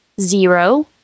zero